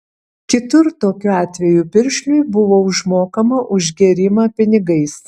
kitur tokiu atveju piršliui buvo užmokama už gėrimą pinigais